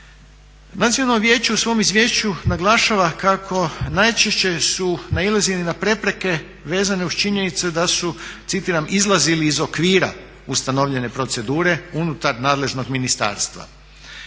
Nacionalno vijeće u svom izvješću naglašava kako najčešće su nailazili na prepreke vezane uz činjenicu da su, citiram: "izlazili iz okvira ustanovljene procedure unutar nadležnost ministarstva".